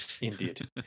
indeed